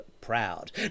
proud